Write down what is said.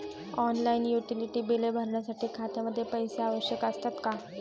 Online utility बिले भरण्यासाठी खात्यामध्ये पैसे आवश्यक असतात का?